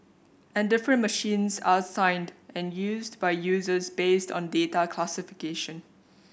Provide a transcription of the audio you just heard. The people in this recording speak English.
and different machines are assigned and used by users based on data classification